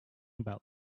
about